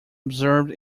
observed